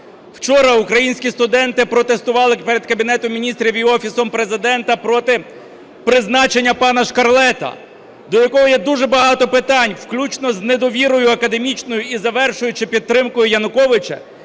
Вчора українські студенти протестували перед Кабінетом Міністрів і Офісом Президента проти призначення пана Шкарлета, до якого є уже багато питань, включно з недовірою академічною і завершуючи підтримкою Януковича.